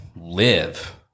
live